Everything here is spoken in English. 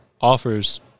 offers